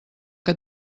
que